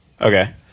Okay